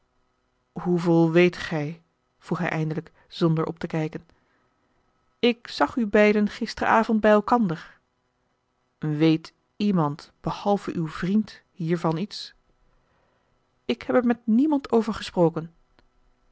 hoeveel weet gij vroeg hij eindelijk zonder op te kijken ik zag u beiden gisteren avond bij elkander weet iemand behalve uw vriend hiervan iets ik heb er met niemand over gesproken